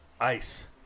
Ice